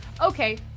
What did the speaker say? Okay